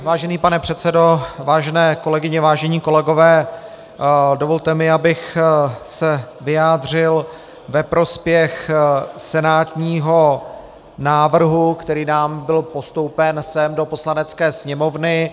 Vážený pane předsedo, vážené kolegyně, vážení kolegové, dovolte mi, abych se vyjádřil ve prospěch senátního návrhu, který nám byl postoupen sem do Poslanecké sněmovny.